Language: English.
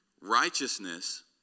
Righteousness